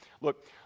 Look